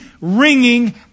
ringing